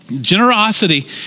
Generosity